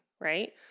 right